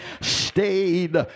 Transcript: stayed